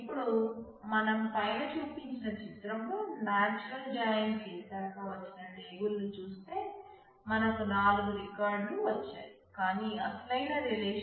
ఇప్పుడు మనం పైన చూపించిన చిత్రంలో నేచురల్ జాయిన్ అని అంటాం